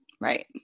Right